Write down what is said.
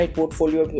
portfolio